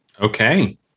Okay